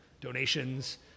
donations